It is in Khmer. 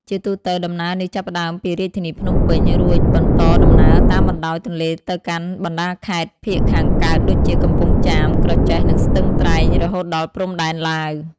ជាទូទៅ ដំណើរនេះចាប់ផ្តើមពីរាជធានីភ្នំពេញ រួចបន្តដំណើរតាមបណ្ដោយទន្លេទៅកាន់បណ្តាខេត្តភាគខាងកើតដូចជា កំពង់ចាម ក្រចេះ និងស្ទឹងត្រែង រហូតដល់ព្រំដែនឡាវ។